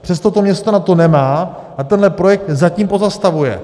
Přesto to město na to nemá a tenhle projekt zatím pozastavuje.